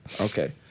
Okay